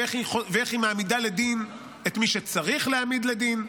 איך היא מעמידה לדין את מי שצריך להעמיד לדין,